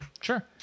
Sure